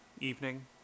evening